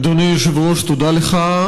אדוני היושב-ראש, תודה לך.